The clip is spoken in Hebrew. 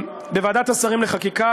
בוועדת השרים לחקיקה,